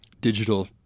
digital